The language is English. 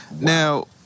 Now